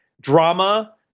drama